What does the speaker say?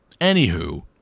anywho